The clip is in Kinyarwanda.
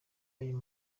ayo